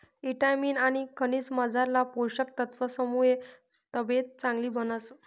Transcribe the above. ईटामिन आनी खनिजमझारला पोषक तत्वसमुये तब्येत चांगली बनस